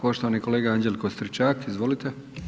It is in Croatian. Poštovani kolega Anđelko Stičak, izvolite.